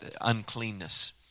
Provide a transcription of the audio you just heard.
uncleanness